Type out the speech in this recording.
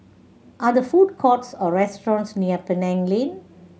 are there food courts or restaurants near Penang Lane